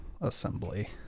assembly